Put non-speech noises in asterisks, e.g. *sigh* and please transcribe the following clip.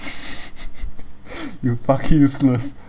*laughs* you fucking useless